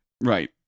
Right